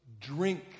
drink